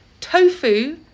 tofu